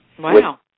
Wow